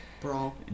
Brawl